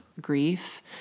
Grief